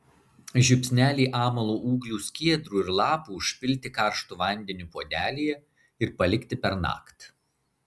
žiupsnelį amalo ūglių skiedrų ir lapų užpilti karštu vandeniu puodelyje ir palikti pernakt